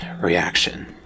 reaction